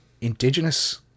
Indigenous